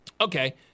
Okay